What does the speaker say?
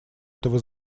этого